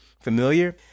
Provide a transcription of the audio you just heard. familiar